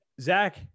Zach